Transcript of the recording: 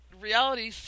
Reality